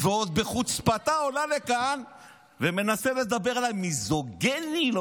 ועוד בחוצפתה עולה לכאן ומנסה לדבר עליי: מיזוגיני,